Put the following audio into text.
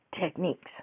techniques